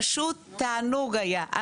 פשוט תענוג היה.